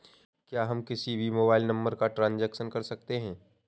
क्या हम किसी भी मोबाइल नंबर का ट्रांजेक्शन कर सकते हैं?